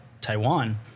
Taiwan